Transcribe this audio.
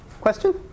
Question